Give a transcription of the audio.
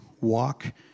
Walk